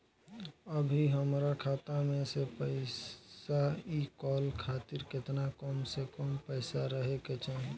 अभीहमरा खाता मे से पैसा इ कॉल खातिर केतना कम से कम पैसा रहे के चाही?